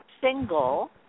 single